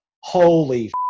holy